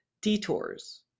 detours